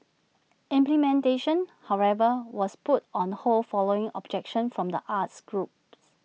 implementation however was put on hold following objection from the arts groups